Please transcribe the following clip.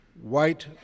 White